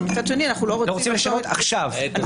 לא רוצים לשנות עכשיו.